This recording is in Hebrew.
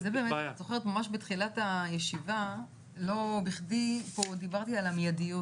את זוכרת ממש בתחילת הישיבה לא בכדי פה דיברתי על המיידיות,